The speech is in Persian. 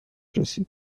رسید